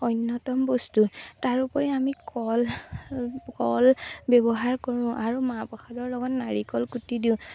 অন্যতম বস্তু তাৰোপৰি আমি কল কল ব্যৱহাৰ কৰোঁ আৰু মাহ প্ৰসাদৰ লগত নাৰিকল কুটি দিওঁ